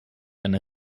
eine